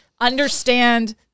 understand